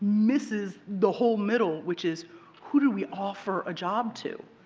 misses the whole middle, which is who do we offer a job to.